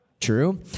True